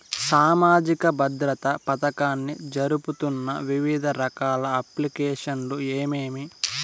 సామాజిక భద్రత పథకాన్ని జరుపుతున్న వివిధ రకాల అప్లికేషన్లు ఏమేమి?